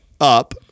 up